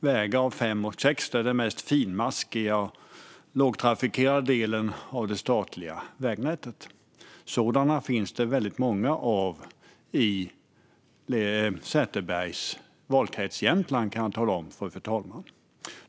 Vägar av klass 5 och 6 är den mest finmaskiga och lågtrafikerade delen av det statliga vägnätet. Sådana finns det väldigt många av i Sätherbergs valkrets Jämtland, kan jag tala om för fru talmannen.